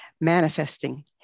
Manifesting